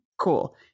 cool